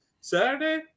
saturday